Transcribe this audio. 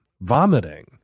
vomiting